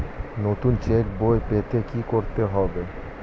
নতুন চেক বই পেতে কী করতে হবে?